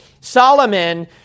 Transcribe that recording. Solomon